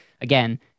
again